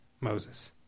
Moses